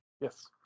Yes